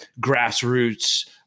grassroots